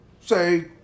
say